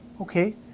Okay